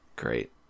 great